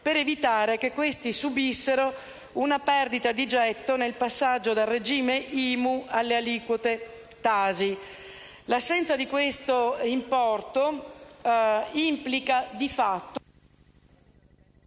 per evitare che questi subissero una perdita di gettato nel passaggio dal regime IMU alle aliquote TASI. L'assenza di questo importo implica di fatto